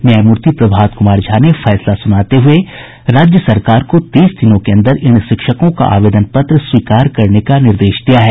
न्यायमूर्ति प्रभात कुमार झा ने फैसला सुनाते हुए देते हुए राज्य सरकार को तीस दिनों के अंदर इन शिक्षकों का आवेदन पत्र स्वीकार करने का निर्देश दिया है